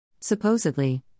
Supposedly